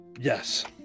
Yes